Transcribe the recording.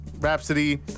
Rhapsody